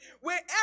wherever